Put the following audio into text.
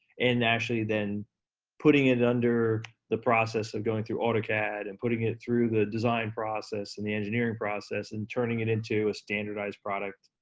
and actually then putting it under the process of gonna through autocad and putting it through the design process and the engineering process, and turning it into a standardized product,